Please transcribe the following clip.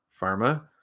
pharma